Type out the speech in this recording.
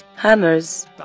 hammers